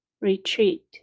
retreat